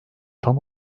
tam